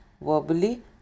verbally